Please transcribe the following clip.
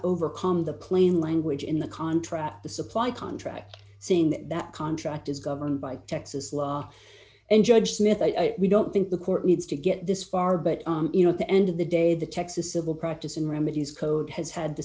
overcome the plain language in the contract the supply contract saying that that contract is governed by texas law and judge smith i don't think the court needs to get this far but you know at the end of the day the texas civil practice and remedies code has had the